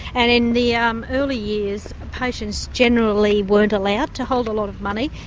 and in the um early years patients generally weren't allowed to hold a lot of money,